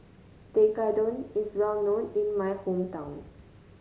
tekkadon is well known in my hometown